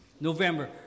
November